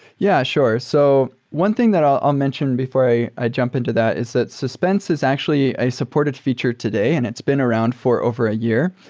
yeah. sure. so one thing that i'll i'll mention before i ah jump into that is that suspense is actually a supported feature today and it's been around around for over a year,